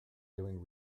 doing